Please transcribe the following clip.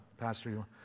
Pastor